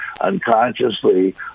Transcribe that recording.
Unconsciously